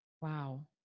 Wow